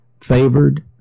favored